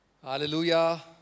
Hallelujah